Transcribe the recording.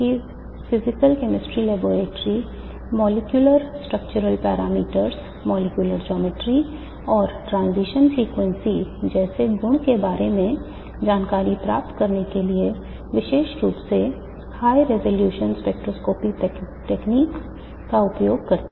तो माइक्रोस्कोपी स्तर पर जाहिर है इसका कारण यह है कि सभी क्वांटम यांत्रिक विचार का अध्ययन करने की अनुमति देता है